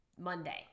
Monday